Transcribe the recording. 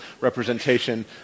representation